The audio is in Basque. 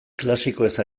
klasikoez